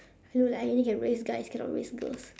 I look like I only can raise guys cannot raise girls